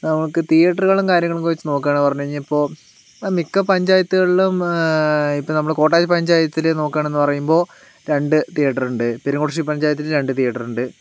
നമുക്ക് തിയേറ്ററുകളും കാര്യങ്ങളൊക്കെ വച്ച് നോക്കുകയാണെന്ന് പറഞ്ഞ് കഴിഞ്ഞാൽ ഇപ്പോൾ മിക്ക പഞ്ചായത്തുകളിലും ഇപ്പോൾ നമ്മള് കോട്ടായി പഞ്ചായത്തിലെ നോക്കുകയാണെന്ന് പറയുമ്പോൾ രണ്ട് തിയേറ്ററുണ്ട് പെരിങ്ങോട്ടുകുരിശ്ശി പഞ്ചായത്തിന് രണ്ട് തിയേറ്ററുണ്ട്